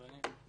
אדוני,